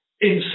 inside